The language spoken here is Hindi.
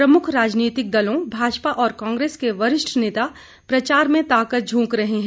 प्रमुख राजनीतिक दलों भाजपा और कांग्रेस के वरिष्ठ नेता प्रचार में ताकत झोंक रहे हैं